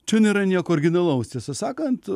čia nėra nieko originalaus tiesą sakant